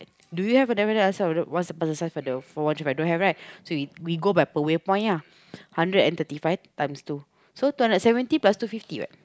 do you have a definite answer of what's the parcel size for the for one three five don't have right so we we go by per waypoint lah hundred and thirty five times two so two hundred seventy plus two fifty what